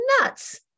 nuts